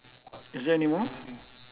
is there any more